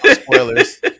spoilers